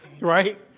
Right